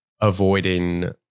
avoiding